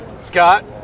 Scott